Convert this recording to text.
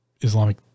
Islamic